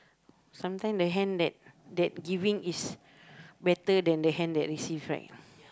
sometime the hand that that giving is better than the hand that receive right